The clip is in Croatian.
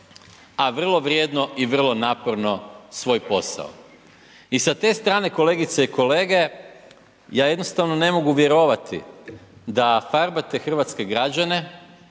a vrlo vrijedno i vrlo naporno svoj posao. I sa te strane kolegice i kolege ja jednostavno ne mogu vjerovati da farbate hrvatske građane,